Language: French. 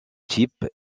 type